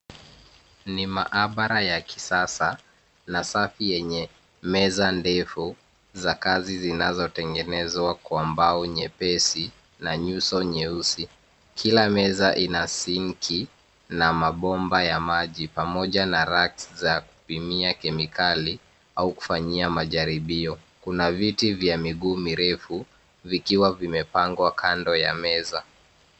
Ni maabara ya kisasa, na safi yenye meza ndefu, za kazi zinazotengenezwa kwa mbao nyepesi, na nyuso nyeusi. Kila meza ina sinki, na mabomba ya maji, pamoja na racks za kupimia kemikali, au kufanyia majaribio. Kuna viti vya miguu mirefu, vikiwa vimepangwa kando ya meza.